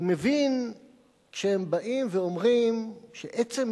אני מבין כשהם באים ואומרים שעצם